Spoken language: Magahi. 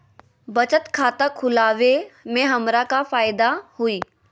बचत खाता खुला वे में हमरा का फायदा हुई?